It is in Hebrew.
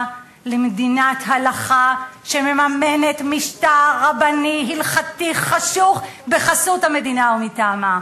למדינת הלכה שמממנת משטר רבני הלכתי חשוך בחסות המדינה ומטעמה.